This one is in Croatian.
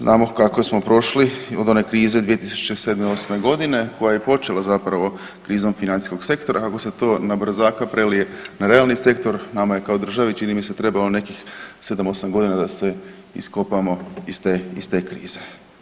Znamo kako smo prošli od one krize 2007., '08. g., koja je počela zapravo krizom financijskog sektora, kako se to na brzaka prelije na realni sektor, nama je kao državi, čini mi se trebalo nekih 7, 8 godina da se iskopamo iz te krize.